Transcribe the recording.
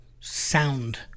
Sound